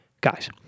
Guys